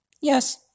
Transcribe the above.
Yes